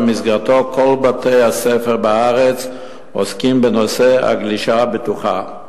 שבמסגרתו כל בתי-הספר בארץ עוסקים בנושא "הגלישה הבטוחה".